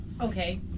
okay